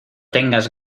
tengas